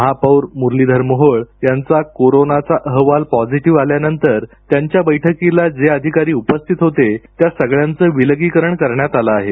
महापौर मुरलीधर मोहोळ यांचा कोरोनाचा अहवाल पॉझिटिव्ह आल्यानंतर त्यांच्या बैठकीला जे अधिकारी होते त्या सगळ्यांचं विलगीकरण करण्यात आले आहे